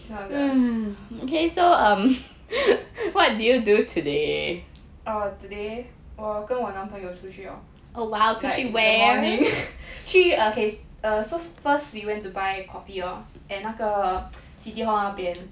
oh today 我跟我跟男朋友出去 lor like in the morning 去 okay err so we went to buy coffee lor at 那个 city hall 那边